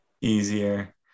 Easier